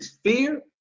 fear